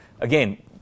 Again